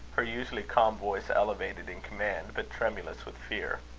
her usually calm voice elevated in command, but tremulous with fear.